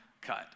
cut